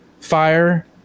fire